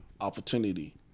opportunity